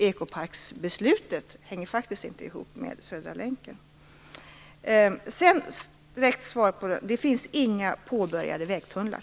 Ekoparksbeslutet hänger faktiskt inte ihop med Södra länken. Sedan vill jag svara att det inte finns några påbörjade vägtunnlar.